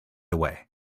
away